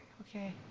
Okay